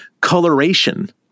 coloration